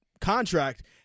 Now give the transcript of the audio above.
contract